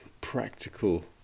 practical